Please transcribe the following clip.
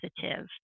positive